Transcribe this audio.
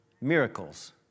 miracles